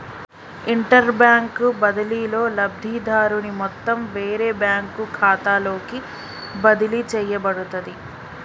interbank బదిలీలో, లబ్ధిదారుని మొత్తం వేరే బ్యాంకు ఖాతాలోకి బదిలీ చేయబడుతది